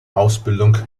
ausbildung